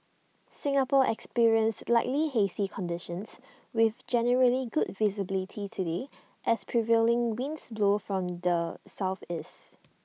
Singapore experienced slightly hazy conditions with generally good visibility today as prevailing winds blow from the Southeast